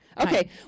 Okay